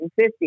150